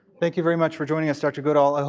thank you very much for joining us dr. goodall. ah